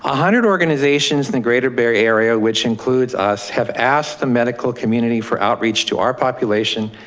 ah hundred organizations the greater barrie area, which includes us have asked the medical community for outreach to our population,